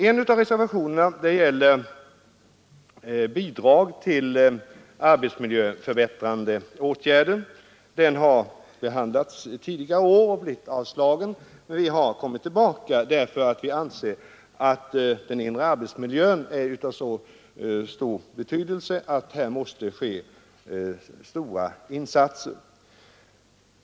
En av reservationerna gäller bidrag till arbetsmiljöförbättrande åtgärder. Motioner om detta har under tidigare år behandlats och blivit avslagna. Vi har kommit tillbaka därför att vi anser att den inre arbetsmiljön är av så stor betydelse att här måste göras stora insatser.